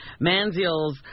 Manziel's